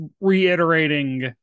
reiterating